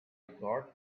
got